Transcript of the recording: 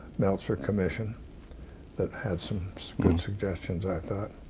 meltzer commission that had some good suggestions, i thought.